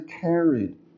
carried